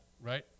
right